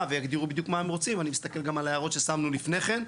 והגדירו בדיוק מה הם רוצים אני מסתכל גם על ההערות שמנו לפני כן,